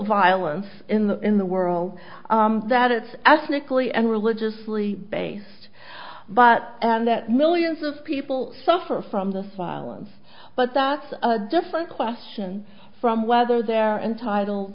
violence in the in the world that it's ethnically and religiously based but and that millions of people suffer from the silence but that's a different question from whether they're entitled